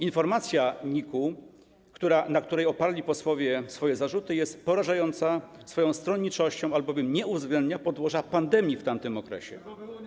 Informacja NIK-u, na której posłowie oparli swoje zarzuty, jest porażająca swoją stronniczością, albowiem nie uwzględnia podłoża pandemii w tamtym okresie.